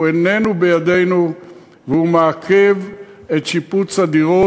שהוא איננו בידינו וזה מעכב את שיפוץ הדירות,